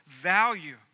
value